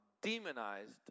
demonized